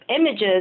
images